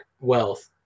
wealth